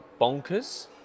bonkers